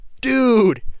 Dude